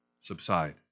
subside